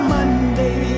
Monday